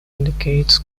indicates